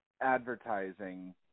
advertising